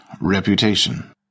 reputation